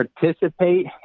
participate